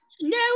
No